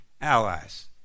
allies